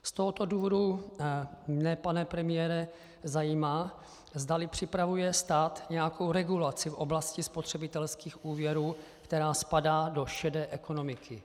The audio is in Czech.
Z tohoto důvodu mě, pane premiére, zajímá, zdali připravuje stát nějakou regulaci v oblasti spotřebitelských úvěrů, která spadá do šedé ekonomiky.